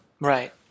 right